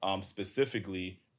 specifically